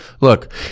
look